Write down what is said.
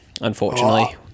unfortunately